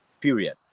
period